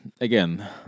again